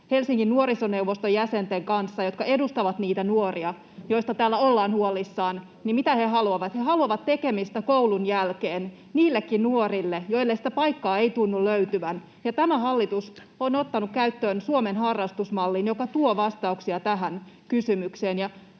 Helsingin nuorisoneuvoston jäsenten kanssa, jotka edustavat niitä nuoria, joista täällä ollaan huolissaan, siitä, mitä he haluavat, niin he haluavat tekemistä koulun jälkeen niillekin nuorille, joille sitä paikkaa ei tunnu löytyvän. Tämä hallitus on ottanut käyttöön Suomen harrastusmallin, joka tuo vastauksia tähän kysymykseen.